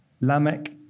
Lamech